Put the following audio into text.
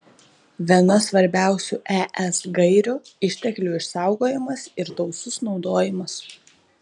viena svarbiausių es gairių išteklių išsaugojimas ir tausus naudojimas